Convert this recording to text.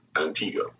Antigua